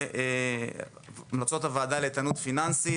המלצות הוועדה לאיתנות פיננסית,